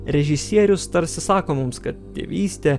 režisierius tarsi sako mums kad tėvystė